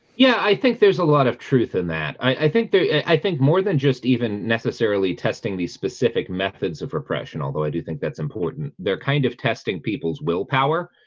yeah, i think there's a lot of truth in that. i i think they're yeah i think more than just even necessarily testing these specific methods of repression, although i do think that's important. they're kind of testing people's willpower.